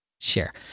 share